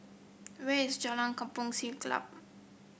where is Jalan Kampong Siglap